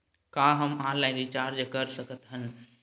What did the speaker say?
का हम online recharge कर सकत हन?